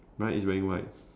bride is wearing white